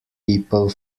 people